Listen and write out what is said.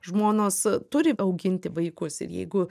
žmonos turi auginti vaikus ir jeigu